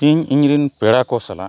ᱤᱧ ᱤᱧᱨᱮᱱ ᱯᱮᱲᱟ ᱠᱚ ᱥᱟᱞᱟᱜ